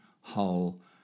whole